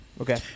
Okay